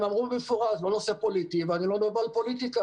הם אמרו במפורש - לא נושא פוליטי ואני לא מדבר על פוליטיקה